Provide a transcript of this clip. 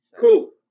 Cool